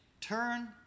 turn